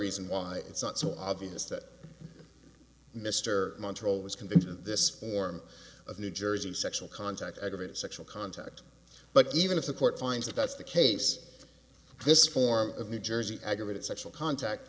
reason why it's not so obvious that mr montrose was convicted in this form of new jersey sexual contact aggravated sexual contact but even if the court finds that that's the case this form of new jersey aggravated sexual contact